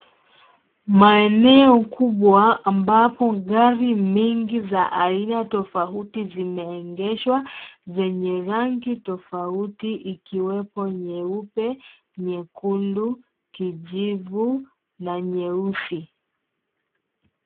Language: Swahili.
Maeneo kubwa ambapo gari mingi ya aina tofauti zimeegeshwa zenye rangi tofauti ikiwepo nyeupe, nyekundu, kijivu na nyeusi.